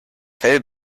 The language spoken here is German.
fell